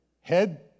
Head